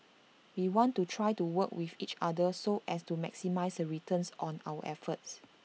we want to try to work with each other so as to maximise the returns on our efforts